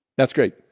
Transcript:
that's great.